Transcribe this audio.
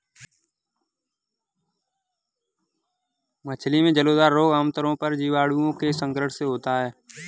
मछली में जलोदर रोग आमतौर पर जीवाणुओं के संक्रमण से होता है